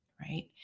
Right